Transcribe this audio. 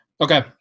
Okay